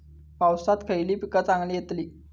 पावसात खयली पीका चांगली येतली?